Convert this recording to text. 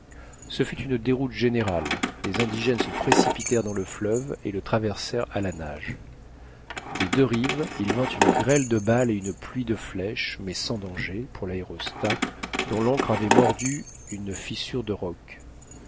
ce fut une déroute générale les indigènes se précipitèrent dans le fleuve et le traversèrent à la nage des deux rives il vint une grêle de balles et une pluie de flèches mais sans danger pour l'aérostat dont l'ancre avait mordu une fissure de roc